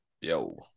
yo